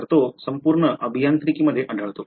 तर तो संपूर्ण अभियांत्रिकीमध्ये आढळतो